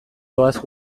doaz